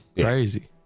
Crazy